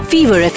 Fever